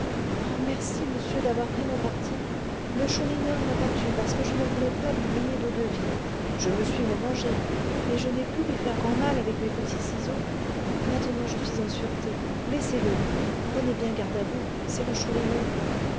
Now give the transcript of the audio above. oh merci monsieur d'avoir pris mon parti le chourineur m'a battue parce que je ne voulais pas lui payer d'eau-de-vie je me suis revengée mais je n'ai pu lui faire grand mal avec mes petits ciseaux maintenant je suis en sûreté laissez-le prenez bien garde à vous c'est le chourineur